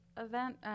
event